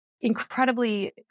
incredibly